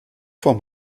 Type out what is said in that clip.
vom